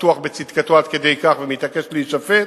בטוח בצדקתו עד כדי כך ומבקש להישפט,